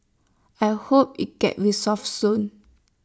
I hope IT gets resolved soon